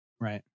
Right